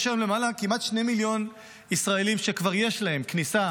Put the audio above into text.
יש היום כמעט 2 מיליון ישראלים שכבר יש להם כניסה